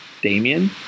Damian